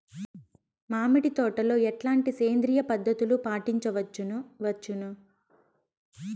మామిడి తోటలో ఎట్లాంటి సేంద్రియ పద్ధతులు పాటించవచ్చును వచ్చును?